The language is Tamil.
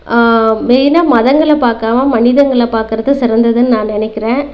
மெயினாக மதங்களை பார்க்காம மனிதர்களை பார்க்கறது சிறந்தது தான் நான் நினைக்கிறேன்